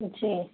جی